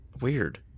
weird